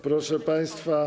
Proszę państwa.